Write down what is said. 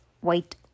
white